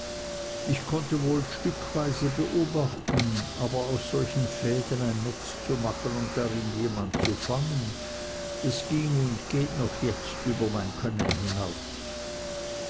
ich konnte wohl stückweise beobachten aber aus solchen fäden ein netz zu machen und darin jemand zu fangen das ging und geht noch jetzt über mein können hinaus